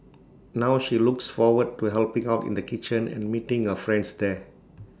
now she looks forward to helping out in the kitchen and meeting her friends there